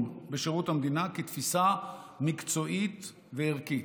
בשירות המדינה כתפיסה מקצועית וערכית.